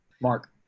Mark